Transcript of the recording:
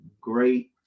great